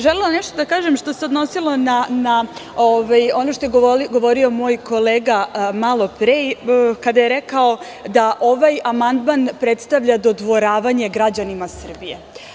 Želela bih nešto da kažem što se odnosilo na ono što je govorio moj kolega malo pre, kada je rekao da ovaj amandman predstavlja dodvoravanje građanima Srbije.